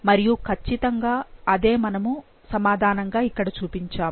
మరియు ఖచ్చితంగా ఇదే మనము సమాధానంగా ఇక్కడ చూపించాము